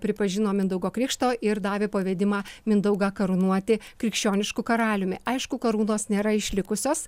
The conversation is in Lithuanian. pripažino mindaugo krikšto ir davė pavedimą mindaugą karūnuoti krikščionišku karaliumi aišku karūnos nėra išlikusios